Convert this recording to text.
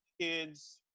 kids